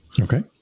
Okay